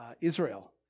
Israel